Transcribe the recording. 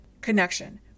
connection